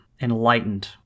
enlightened